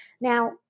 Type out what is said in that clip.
Now